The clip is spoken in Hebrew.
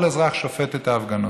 כך כל אזרח שופט את ההפגנות.